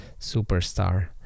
superstar